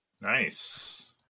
Nice